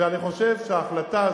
ואני חושב שההחלטה הזאת,